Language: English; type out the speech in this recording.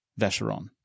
Vacheron